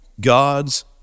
God's